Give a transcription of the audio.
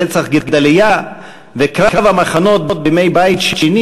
רצח גדליה וקרב המחנות בימי בית שני